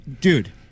dude